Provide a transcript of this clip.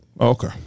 Okay